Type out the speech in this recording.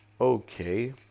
okay